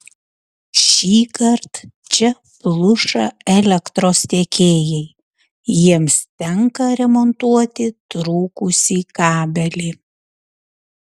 šįkart čia pluša elektros tiekėjai jiems tenka remontuoti trūkusį kabelį